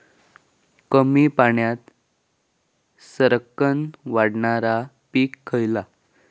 कमी पाण्यात सरक्कन वाढणारा पीक खयला?